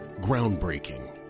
Groundbreaking